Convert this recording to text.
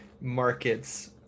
markets